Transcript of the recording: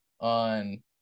on